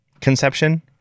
conception